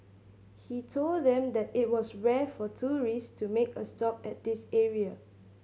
he told them that it was rare for tourist to make a stop at this area